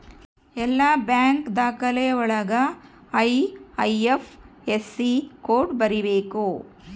ಎಲ್ಲ ಬ್ಯಾಂಕ್ ದಾಖಲೆ ಒಳಗ ಐ.ಐಫ್.ಎಸ್.ಸಿ ಕೋಡ್ ಬರೀಬೇಕು